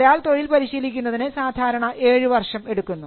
ഒരാൾ തൊഴിൽ പരിശീലിക്കുന്നതിന് സാധാരണ ഏഴ് വർഷം എടുക്കുന്നു